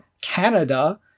Canada